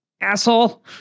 Asshole